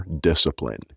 discipline